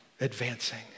advancing